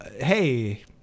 hey